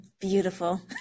Beautiful